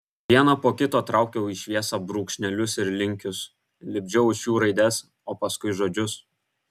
vieną po kito traukiau į šviesą brūkšnelius ir linkius lipdžiau iš jų raides o paskui žodžius